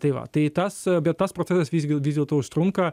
tai va tai tas bet tas procesas visgi vis dėlto užtrunka